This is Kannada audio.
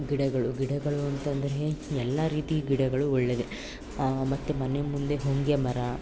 ಗಿಡಗಳು ಗಿಡಗಳು ಅಂತಂದರೆ ಎಲ್ಲ ರೀತಿ ಗಿಡಗಳು ಒಳ್ಳೆಯದೆ ಮತ್ತು ಮನೆ ಮುಂದೆ ಹೊಂಗೆಮರ